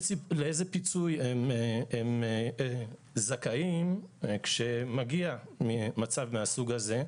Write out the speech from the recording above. פיצוי הם זכאים כשמגיע מצב מהסוג הזה.